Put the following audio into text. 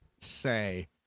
say